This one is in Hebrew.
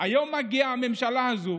היום מגיעה הממשלה הזאת